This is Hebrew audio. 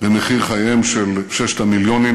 במחיר חיים של ששת המיליונים,